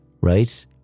right